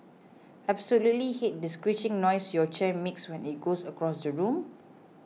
absolutely hate this screeching noise your chair makes when it goes across the room